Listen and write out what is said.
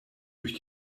durch